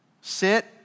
sit